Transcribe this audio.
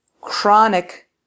chronic